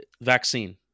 Vaccine